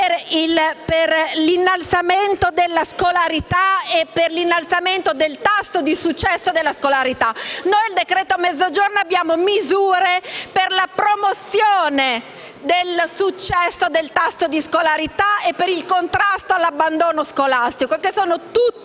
per l'innalzamento della scolarità e per l'innalzamento del tasso di successo della scolarità. Nel decreto-legge sul Mezzogiorno abbiamo misure per la promozione del successo del tasso di scolarità e per il contrasto all'abbandono scolastico, che sono tutte